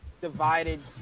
divided